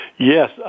Yes